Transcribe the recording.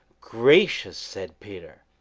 gracious! said peter.